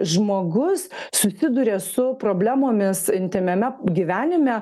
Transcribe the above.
žmogus susiduria su problemomis intymiame gyvenime